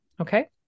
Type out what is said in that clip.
Okay